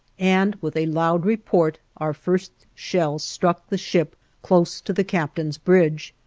and with a loud report our first shell struck the ship close to the captain's bridge.